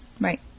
Right